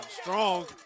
Strong